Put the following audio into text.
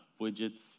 widgets